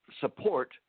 support